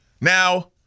Now